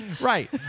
Right